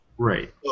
Right